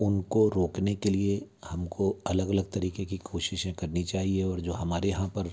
उनको रोकने के लिए हम को अलग अलग तरीक़े की कोशिशें करनी चाहिए और जो हमारे यहाँ पर